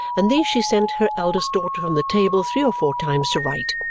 and these she sent her eldest daughter from the table three or four times to write.